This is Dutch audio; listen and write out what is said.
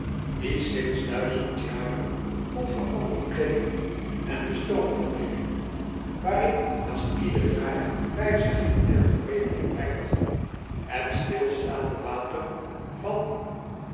die sints duizend jaren onveranderd bleef en de stoomfabriek waarin haast ieder jaar wijziging en verbetering brengt het stilstaande water van